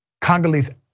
Congolese